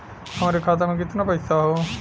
हमरे खाता में कितना पईसा हौ?